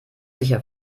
sicher